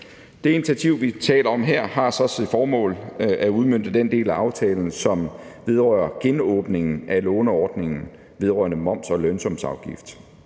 Det initiativ, vi taler om her, har til formål at udmønte den del af aftalen, som vedrører genåbningen af låneordningen vedrørende moms og lønsumsafgift.